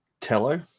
Tello